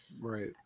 Right